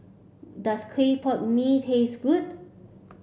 does Clay Pot Mee taste good